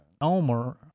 Elmer